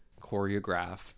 choreograph